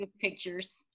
pictures